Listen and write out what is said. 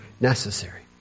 necessary